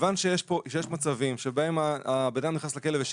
כיוון שיש מצבים שבהם אדם נכנס לכלא והשאיר